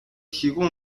提供